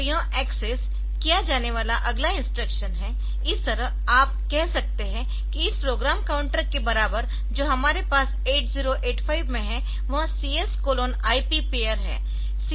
तो यह एक्सेस किया जाने वाला अगला इंस्ट्रक्शन है इस तरह आप कह सकते है कि इस प्रोग्राम काउंटर के बराबर जो हमारे पास 8085 में है वह CS IP पेयर है